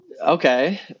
Okay